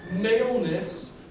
maleness